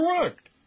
Correct